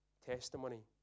Testimony